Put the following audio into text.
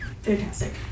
fantastic